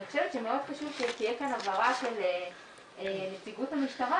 אני חושבת שמאוד חשוב שתהיה כאן הבהרה של נציגות המשטרה